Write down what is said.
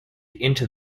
into